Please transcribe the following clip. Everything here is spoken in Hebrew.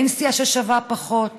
פנסיה ששווה פחות,